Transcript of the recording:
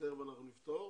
תיכף אנחנו נפתור.